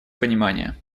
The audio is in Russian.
понимание